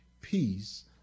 peace